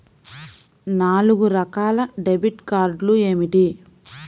నాలుగు రకాల డెబిట్ కార్డులు ఏమిటి?